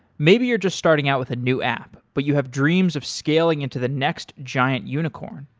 maybe you're just starting out with a new app, but you have dreams of scaling into the next giant unicorn.